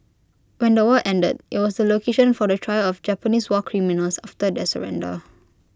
when the war ended IT was the location for the trial of Japanese war criminals after their surrender